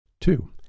Two